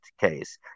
case